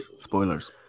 Spoilers